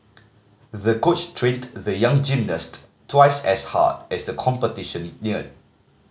the coach trained the young gymnast twice as hard as the competition neared